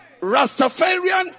Rastafarian